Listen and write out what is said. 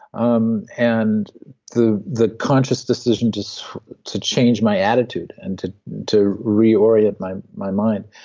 um and the the conscious decision to so to change my attitude, and to to re-orient my my mind.